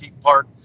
park